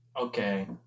Okay